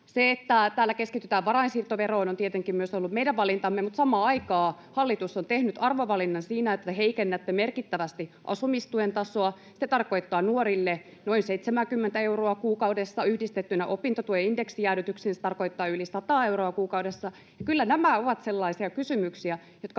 Se, että täällä keskitytään varainsiirtoveroon, on tietenkin myös ollut meidän valintamme, mutta samaan aikaan hallitus on tehnyt arvovalinnan siinä, että heikennätte merkittävästi asumistuen tasoa. Se tarkoittaa nuorille noin 70:tä euroa kuukaudessa. Yhdistettynä opintotuen indeksijäädytyksiin se tarkoittaa yli 100:aa euroa kuukaudessa. Kyllä nämä ovat sellaisia kysymyksiä, jotka